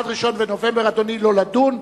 עד 1 בנובמבר, אדוני, לא לדון.